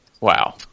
Wow